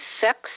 sex